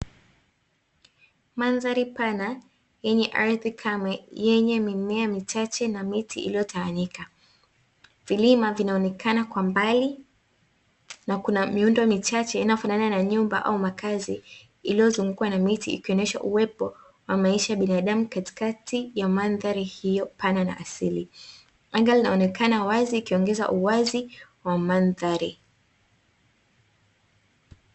Mandhari pana yenye ardhi kame yenye mimea michache na miti iliyotawanyika, vilima vikionekana kwa mbali na kuna miundo michache inayofanana na nyumba au makazi iliyozungukwa na miti ikionyesha uwepo wa maisha ya binadamu katikati ya mandhari hiyo pana na asili. Anga linaonekana wazi ikiongeza uwazi kwa mandhari vinaonekana kwa mbali.